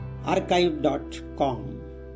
archive.com